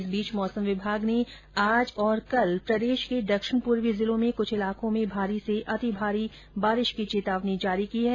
इस बीच मौसम विभाग ने आज और कल प्रदेश के दक्षिण पूर्वी जिलों में कुछ इलाकों में भारी से अति भारी बारिश की चेतावनी जारी की है